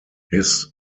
his